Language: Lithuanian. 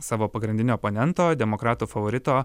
savo pagrindinio oponento demokrato favorito